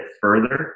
further